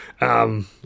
um